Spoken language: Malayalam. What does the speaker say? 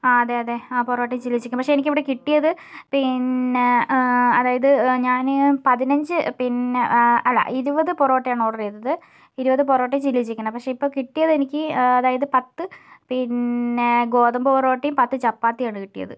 ആ അതെ അതെ ആ പൊറോട്ടയും ചില്ലി ചിക്കനും പക്ഷേ എനിക്ക് ഇവിടെ കിട്ടിയത് പിന്നെ അതായത് ഞാന് പതിനഞ്ച് പിന്നെ അല്ല ഇരുപത് പൊറോട്ടയാണ് ഓർഡർ ചെയ്തത് ഇരുപത് പൊറോട്ടയും ചില്ലി ചിക്കനും പക്ഷേ ഇപ്പോൾ കിട്ടിയത് എനിക്ക് അതായത് പത്ത് പിന്നെ ഗോതമ്പ് പൊറോട്ടയും പത്ത് ചപ്പാത്തിയും ആണ് കിട്ടിയത്